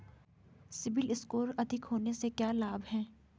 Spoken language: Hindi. सीबिल स्कोर अधिक होने से क्या लाभ हैं?